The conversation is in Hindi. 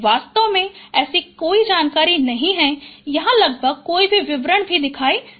वास्तव में ऐसी कोई जानकारी नहीं है यहां लगभग कोई भी विवरण दिखाई नहीं देता है